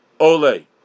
ole